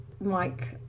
Mike